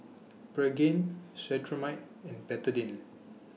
Pregain Cetrimide and Betadine